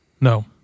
No